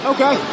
Okay